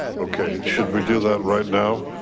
okay, should we do that right now?